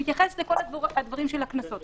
שמתייחס לכל הדברים של הקנסות.